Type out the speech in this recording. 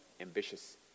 ambitious